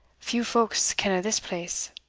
few folks ken o' this place,